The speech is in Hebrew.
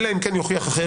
אלא אם כן יוכיח אחרת.